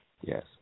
Yes